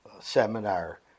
seminar